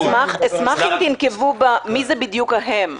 אשמח אם תנקבו בשם, מי זה בדיוק ההם.